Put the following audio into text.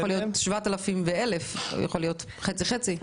יכול להיות 7,000 ו-1,000 או חצי חצי.